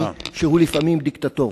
שהוא לפעמים דיקטטורי.